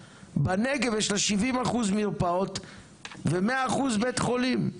בנגב יש לה שבעים אחוז מרפאות ומאה אחוז בית חולים,